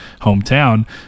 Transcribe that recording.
hometown